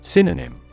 Synonym